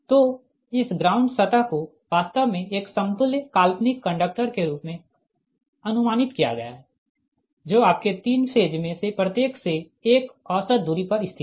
तो इस ग्राउंड सतह को वास्तव में एक समतुल्य काल्पनिक कंडक्टर के रूप में अनुमानित किया गया है जो आपके तीन फेज में से प्रत्येक से एक औसत दूरी पर स्थित है